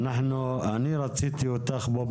אני רציתי אותך פה בוועדה,